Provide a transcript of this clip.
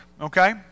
okay